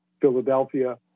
Philadelphia